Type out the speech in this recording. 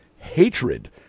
hatred